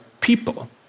people